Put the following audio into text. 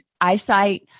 eyesight